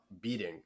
beating